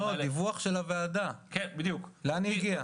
לא, הדיווח של הוועדה, לאן היא הגיעה.